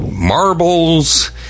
marbles